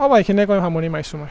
হ'ব এইখিনিয়ে কৈ সামৰণি মাৰিছোঁ মই